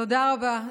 תודה רבה.